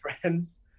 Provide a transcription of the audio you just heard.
friends